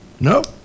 Nope